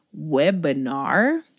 webinar